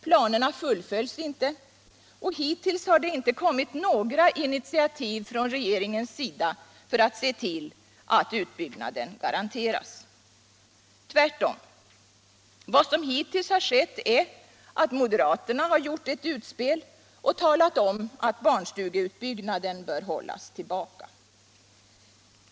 Planerna fullföljs inte, och hittills har det inte kommit några initiativ från regeringens sida för att se till att utbyggnaden garanteras. Tvärtom — vad som hittills har skett är att moderaterna har gjort ett utspel och talat om att barnstugeutbyggnaden bör hållas tillbaka.